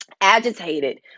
agitated